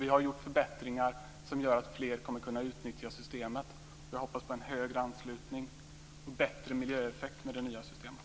Vi har gjort förbättringar som innebär att fler kommer att kunna utnyttja systemet. Vi hoppas på en högre anslutning och bättre miljöeffekt med det nya systemet.